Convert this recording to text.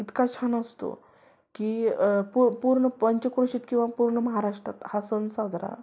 इतका छान असतो की पू पूर्ण पंचक्रोशीत किवा पूर्ण महाराष्ट्रात हां सण साजरा